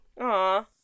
Aw